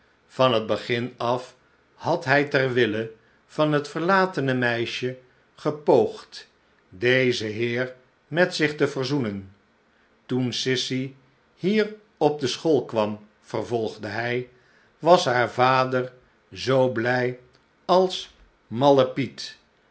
van het begin af had hij ter wille van het verlatene meisje gepoogd dezen heer met zich te verzoenen toen sissy hier op de school kwam vervolgde hy was haar vader zoo blij alsmalle piet